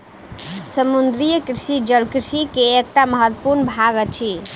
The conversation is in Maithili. समुद्रीय कृषि जल कृषि के एकटा महत्वपूर्ण भाग अछि